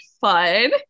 fun